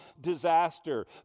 disaster